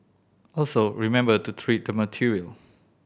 also remember to treat the material